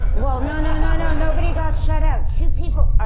well no, no, no, no, nobody got shut out. two people,